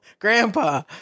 Grandpa